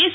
S